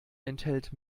enthält